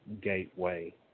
gateway